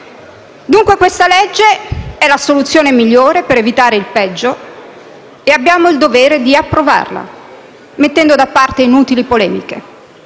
Dunque questa legge è la soluzione migliore per evitare il peggio e abbiamo il dovere di approvarla, mettendo da parte inutili polemiche.